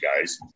guys